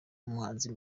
umuhanzi